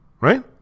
Right